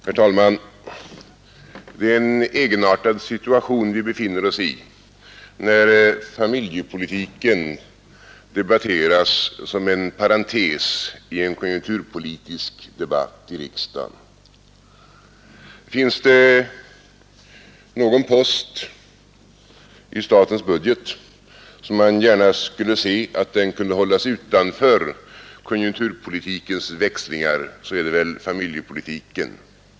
Herr talman! Det är en egenartad situation vi befinner oss i, när familjepolitiken debatteras som en parentes i en konjunkturpolitisk debatt i riksdagen. Om det finns någon post i statens budget som man gärna skulle se att den kunde hållas utanför konjunkturpolitikens växlingar, så är det väl familjepolitiken.